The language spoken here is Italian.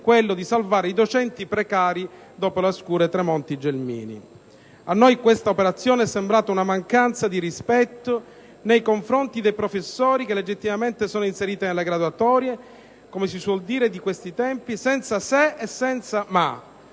quello di salvare i docenti precari dopo la scure Tremonti-Gelmini. A noi questa operazione è sembrata una mancanza di rispetto nei confronti dei professori che legittimamente sono inseriti nelle graduatorie, come si suol dire di questi tempi, senza se e senza ma: